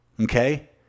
Okay